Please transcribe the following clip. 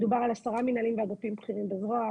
מדובר על 10 מנהלים ואגפים בכירים בזרוע.